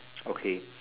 okay